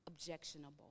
objectionable